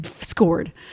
scored